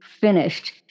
finished